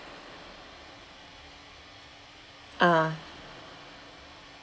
ah